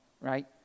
right